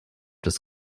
des